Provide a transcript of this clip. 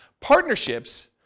Partnerships